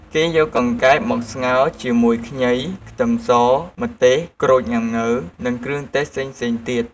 គេយកកង្កែបមកស្ងោរជាមួយ ខ្ញី ខ្ទឹមស ម្ទេស ក្រូចងាំងូវ និងគ្រឿងទេសផ្សេងៗទៀត។